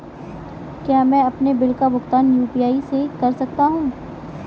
क्या मैं अपने बिल का भुगतान यू.पी.आई से कर सकता हूँ?